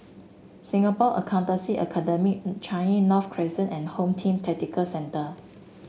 Singapore Accountancy Academy Changi North Crescent and Home Team Tactical Centre